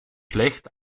schlecht